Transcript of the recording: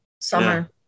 summer